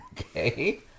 Okay